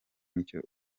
nicyo